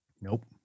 Nope